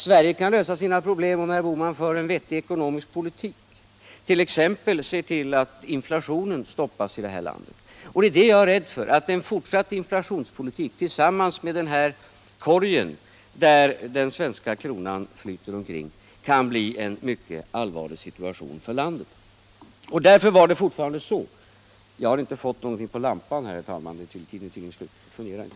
Sverige kan däremot lösa sina ekonomiska problem om herr Bohman för en vettig ekonomisk politik och exempelvis ser till att inflationen i landet stoppas. Jag är rädd för att en fortsatt inflationspolitik tillsammans med den här korgen, där den svenska kronan flyter omkring, kan leda till en mycket allvarlig situation för landet.